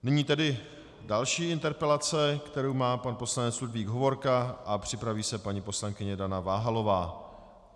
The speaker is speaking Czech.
Nyní tedy další interpelace, kterou má pan poslanec Ludvík Hovorka, a připraví se paní poslankyně Dana Váhalová.